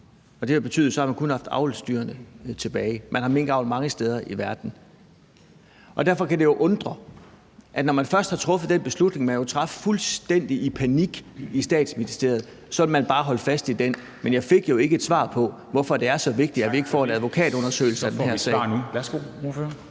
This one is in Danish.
og det har betydet, at så har man kun haft avlsdyrene tilbage. Man har minkavl mange steder i verden. Og derfor kan det jo undre, at når man først har truffet den beslutning, man jo traf fuldstændig i panik i Statsministeriet, vil man bare holde fast i den. Men jeg fik jo ikke et svar på, hvorfor det er så vigtigt, at vi ikke får en advokatundersøgelse af den her sag.